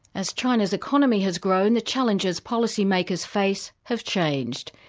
as china's economy has grown, the challenges policymakers face, have changed.